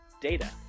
data